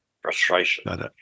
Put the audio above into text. Frustration